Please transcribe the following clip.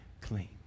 clean